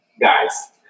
guys